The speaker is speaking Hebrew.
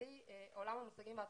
בלי עולם המושגים והתרבות,